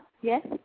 Yes